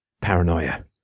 paranoia